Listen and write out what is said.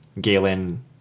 Galen